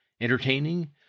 entertaining